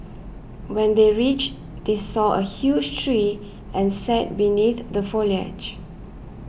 when they reached they saw a huge tree and sat beneath the foliage